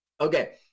Okay